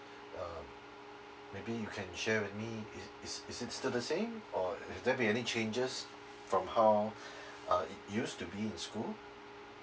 uh maybe you can share with me is is is it still the same or is there any changes from how uh it used to be in school